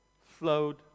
flowed